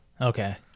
Okay